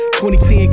2010